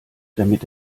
damit